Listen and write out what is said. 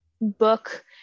book